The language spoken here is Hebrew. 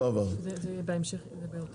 הצבעה ההסתייגויות לא התקבלו.